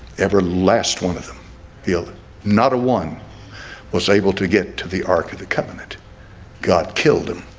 every last one of them healed not a one was able to get to the ark of the covenant god killed him